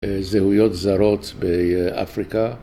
זהויות זרות באפריקה